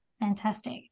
Fantastic